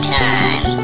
time